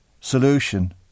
solution